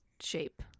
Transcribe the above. shape